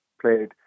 played